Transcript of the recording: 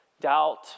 doubt